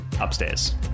Upstairs